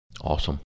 Awesome